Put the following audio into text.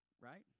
Right